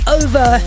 over